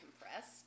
compressed